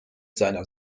seiner